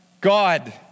God